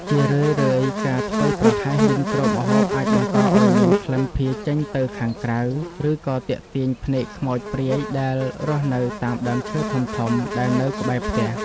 ជារឿយៗការធ្វេសប្រហែសមិនគ្របម្ហូបអាចបង្កឱ្យមានក្លិនភាយចេញទៅខាងក្រៅ ឬក៏ទាក់ទាញភ្នែកខ្មោចព្រាយដែលរស់នៅតាមដើមឈើធំៗដែលនៅក្បែរផ្ទះ។